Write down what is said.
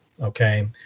Okay